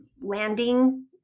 landing